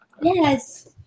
Yes